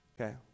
Okay